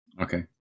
Okay